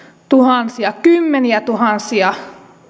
tuhansia kymmeniätuhansia